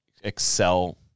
excel